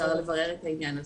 אפשר לברר את העניין הזה.